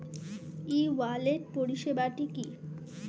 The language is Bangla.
ই ওয়ালেট পরিষেবাটি কি?